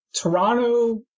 Toronto